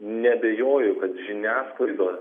neabejoju kad žiniasklaida